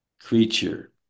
creature